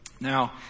Now